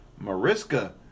Mariska